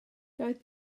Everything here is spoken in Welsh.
doedd